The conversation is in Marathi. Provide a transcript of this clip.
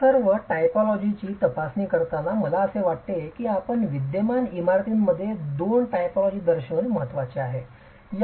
या सर्व टायपोलॉजीजची तपासणी करताना मला असे वाटते की आपण विद्यमान इमारतींमध्ये दोन टायपोलॉजीज दर्शविणे महत्त्वाचे आहे